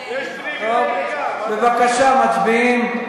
בבקשה, מצביעים.